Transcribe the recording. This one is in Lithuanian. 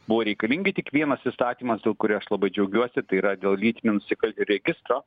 buvo reikalingi tik vienas įstatymas dėl kurio aš labai džiaugiuosi tai yra dėl lytinių nusikalt registro